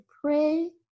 pray